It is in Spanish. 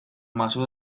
mazo